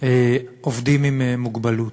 עובדים עם מוגבלות.